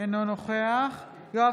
אינו נוכח יואב